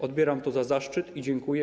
Odbieram to jako zaszczyt i dziękuję.